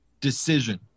decision